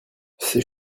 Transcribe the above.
ses